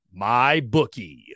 MyBookie